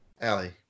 Allie